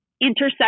intersection